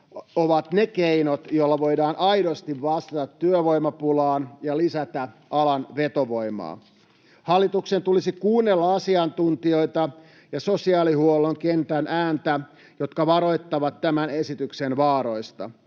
ovat ne keinot, joilla voidaan aidosti vastata työvoimapulaan ja lisätä alan vetovoimaa. Hallituksen tulisi kuunnella asiantuntijoita ja sosiaalihuollon kentän ääntä, jotka varoittavat tämän esityksen vaaroista.